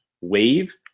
wave